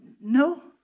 no